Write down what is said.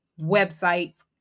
websites